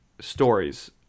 stories